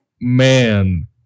man